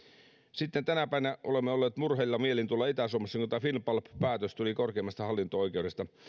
sitten tänä päivänä olemme olleet murheilla mielin itä suomessa kun finnpulp päätös tuli korkeimmasta hallinto oikeudesta